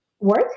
work